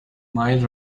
might